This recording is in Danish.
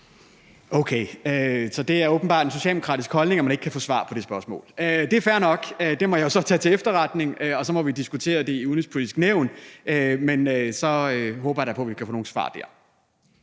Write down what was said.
Okay, så det er åbenbart den socialdemokratiske holdning, at man ikke kan få svar på det spørgsmål. Det er fair nok. Det må jeg jo så tage til efterretning, og så må vi diskutere det i Det Udenrigspolitiske Nævn. Så håber jeg da på, at vi kan få nogle svar der.